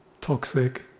toxic